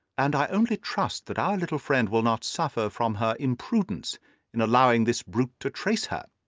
and i only trust that our little friend will not suffer from her imprudence in allowing this brute to trace her.